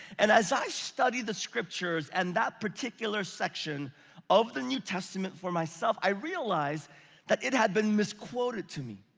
and as i study the scriptures and that particular section of the new testament for myself, i realize that it had been misquoted to me.